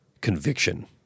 conviction